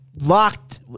locked